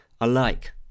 alike